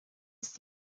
ist